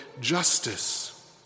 justice